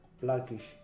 blackish